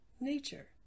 nature